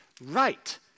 right